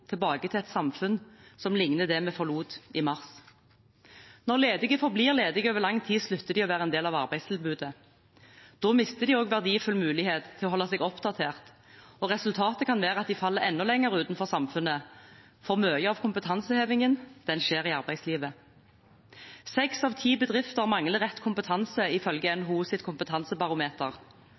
tilbake til et samfunn som ligner det vi forlot i mars. Når ledige forblir ledige over lang tid, slutter de å være en del av arbeidstilbudet. Da mister de også verdifull mulighet til å holde seg oppdatert, og resultatet kan være at de faller enda lenger utenfor samfunnet, for mye av kompetansehevingen skjer i arbeidslivet. Seks av ti bedrifter mangler rett kompetanse ifølge NHOs kompetansebarometer.